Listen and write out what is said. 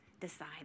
decide